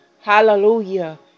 hallelujah